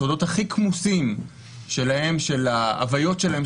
הסודות הכי כמוסים שלהם של ההוויות שלהם,